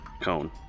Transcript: cone